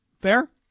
Fair